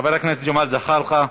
חבר הכנסת ג'מאל זחאלקה,